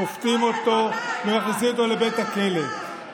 שופטים אותו ומכניסים אותו לבית הכלא.